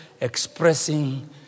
expressing